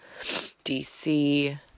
DC